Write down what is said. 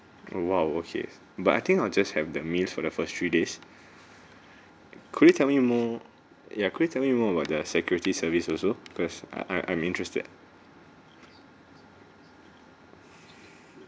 oh !wow! okay but I think I'll just have the meals for the first three days could you tell me more ya could you tell me more about the security service also cause I I'm interested